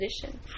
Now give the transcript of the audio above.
position